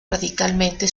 radicalmente